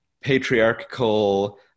patriarchal